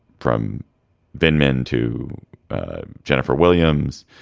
from ben men to jennifer williams,